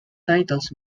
titles